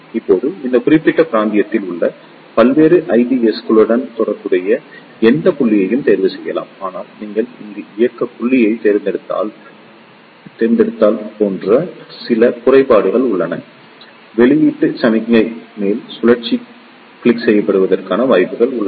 இப்போது இந்த குறிப்பிட்ட பிராந்தியத்தில் உள்ள பல்வேறு IBsக்களுடன் தொடர்புடைய எந்த புள்ளியையும் தேர்வு செய்யலாம் ஆனால் நீங்கள் இங்கு இயக்க புள்ளியைத் தேர்ந்தெடுத்தால் போன்ற சில குறைபாடுகள் உள்ளன வெளியீட்டு சமிக்ஞை மேல் சுழற்சி கிளிப் செய்யப்படுவதற்கான வாய்ப்புகள் உள்ளன